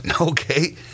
okay